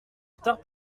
retard